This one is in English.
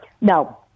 No